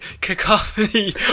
cacophony